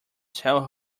tell